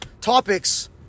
Topics